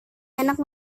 enak